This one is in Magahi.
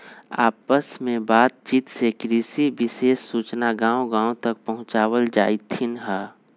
आपस में बात चित से कृषि विशेष सूचना गांव गांव तक पहुंचावल जाईथ हई